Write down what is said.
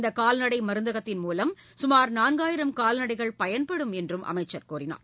இந்த கால்நடை மருந்தகத்தின் மூலம் சுமார் நான்காயிரம் கால்நடைகள் பயன்பெறும் என்றும் அவர் கூறினார்